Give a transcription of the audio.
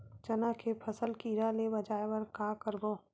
चना के फसल कीरा ले बचाय बर का करबो?